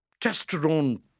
testosterone